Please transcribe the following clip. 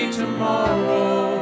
tomorrow